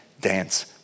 dance